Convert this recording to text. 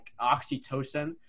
oxytocin